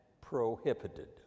prohibited